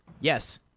Yes